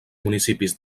municipis